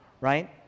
right